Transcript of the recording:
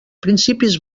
principis